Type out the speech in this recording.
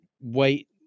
wait